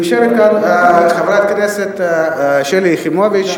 יושבת כאן חברת הכנסת שלי יחימוביץ,